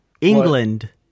England